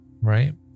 right